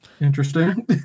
interesting